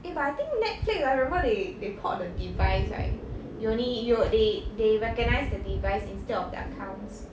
eh but I think netflix right remember they they port the device right you only you oh they they recognize the device instead of the accounts